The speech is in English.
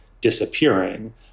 disappearing